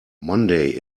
monday